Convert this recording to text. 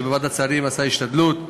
שבוועדת שרים עשה השתדלות,